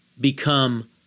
become